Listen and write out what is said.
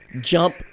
jump